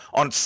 on